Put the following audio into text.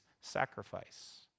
sacrifice